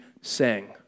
sang